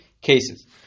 cases